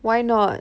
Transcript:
why not